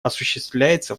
осуществляется